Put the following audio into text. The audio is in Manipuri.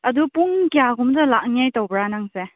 ꯑꯗꯨ ꯄꯨꯡ ꯀꯌꯥꯒꯨꯝꯕꯗ ꯂꯥꯛꯅꯤꯡꯉꯥꯏ ꯇꯧꯕ꯭ꯔꯥ ꯅꯪꯁꯦ